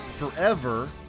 Forever